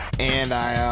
and i